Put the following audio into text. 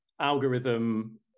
algorithm